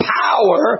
power